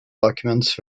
documents